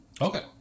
okay